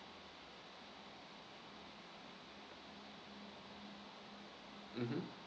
mmhmm